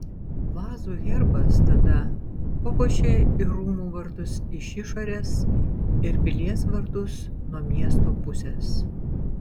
vazų herbas tada papuošė ir rūmų vartus iš išorės ir pilies vartus nuo miesto pusės